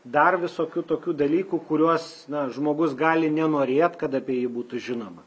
dar visokių tokių dalykų kuriuos na žmogus gali nenorėt kad apie jį būtų žinoma